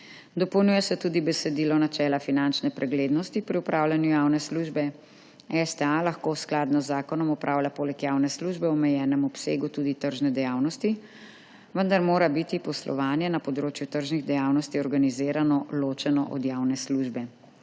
Dopolnjuje se tudi besedilo načela finančne preglednosti pri upravljanju javne službe. STA lahko skladno z zakonom opravlja poleg javne službe v omejenem obsegu tudi tržne dejavnosti, vendar mora biti poslovanje na področju tržnih dejavnosti organizirano ločeno od javne službe.